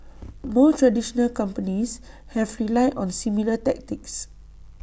more traditional companies have relied on similar tactics